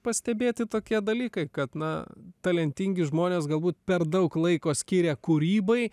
pastebėti tokie dalykai kad na talentingi žmonės galbūt per daug laiko skiria kūrybai